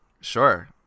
Sure